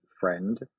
friend